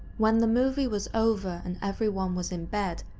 when the movie was over, and everyone was in bed,